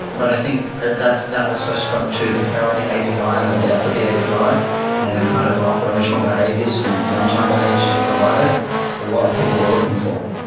but i think that that also spoke to the power of the api ah and the depth of the api ah and the kind of operational behaviors and runtime behaviors it provided or what people were looking for.